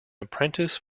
apprentice